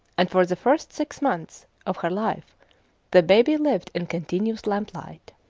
and for the first six months of her life the baby lived in continuous lamplight.